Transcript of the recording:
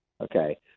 Okay